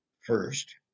First